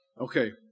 Okay